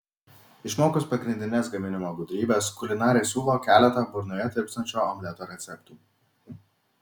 išmokus pagrindines gaminimo gudrybes kulinarė siūlo keletą burnoje tirpstančio omleto receptų